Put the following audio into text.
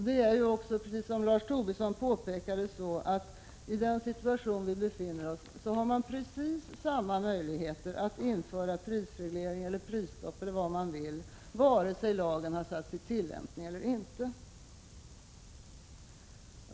Det är ju också, som Lars Tobisson påpekade, så att i en sådan situation finns precis samma möjligheter att införa prisstopp vare sig lagen har satts i tillämpning eller inte.